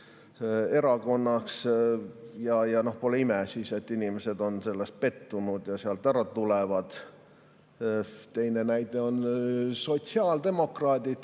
erakonnaks. Pole ime, et inimesed on selles pettunud ja sealt ära tulevad. Teine näide on sotsiaaldemokraadid,